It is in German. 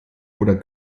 oder